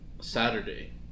Saturday